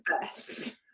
best